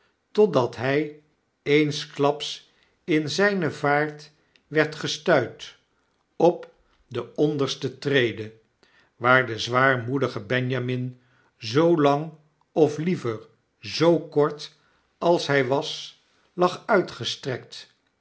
totdat hy eensklaps in zyne vaart werd gestuit op de onderste trede waar de zwaarmoedige benjamin zoo lang of liever zoo kort als hij was lag uitgestrekt